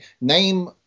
name